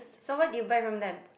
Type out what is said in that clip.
so what do you buy from them